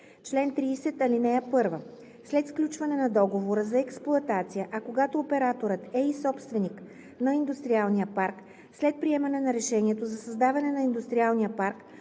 „Чл. 30. (1) След сключване на договора за експлоатация, а когато операторът е и собственик на индустриалния парк – след приемане на решението за създаване на индустриалния парк,